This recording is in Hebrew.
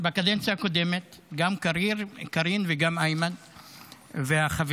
בקדנציה הקודמת גם קארין וגם איימן והחברים.